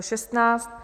16.